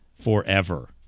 forever